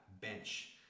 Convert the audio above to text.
bench